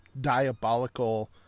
diabolical